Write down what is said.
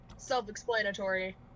Self-explanatory